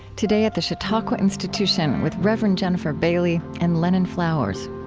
today at the chautauqua institution with rev. and jennifer bailey and lennon flowers